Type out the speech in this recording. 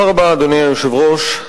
אדוני היושב-ראש,